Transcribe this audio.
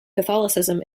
catholicism